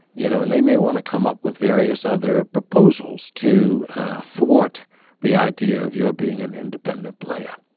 you know and they may want to come up with various other proposals to thwart the idea of your being an independent player.